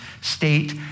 state